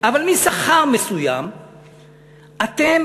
אבל משכר מסוים אתם